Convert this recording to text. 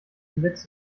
gesetz